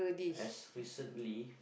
as recently